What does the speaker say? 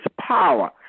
power